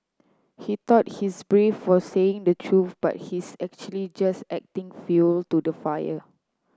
he thought he's brave for saying the truth but he's actually just adding fuel to the fire